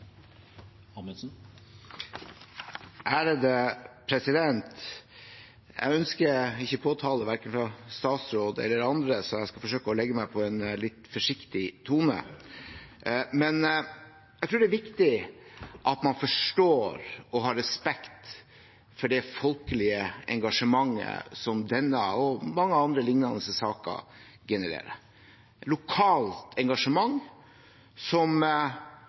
Jeg ønsker ikke påtale verken fra statsråd eller andre, så jeg skal forsøke å legge meg på en litt forsiktig tone. Men jeg tror det er viktig at man forstår og har respekt for det folkelige engasjementet som denne og mange lignende saker genererer. Lokalt engasjement som